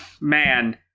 Man